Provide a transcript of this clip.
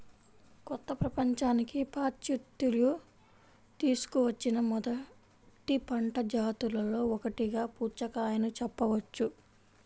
కొత్త ప్రపంచానికి పాశ్చాత్యులు తీసుకువచ్చిన మొదటి పంట జాతులలో ఒకటిగా పుచ్చకాయను చెప్పవచ్చు